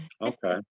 Okay